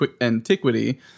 antiquity